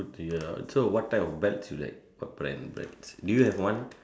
oh dear so what type of bag you like what brand do you have one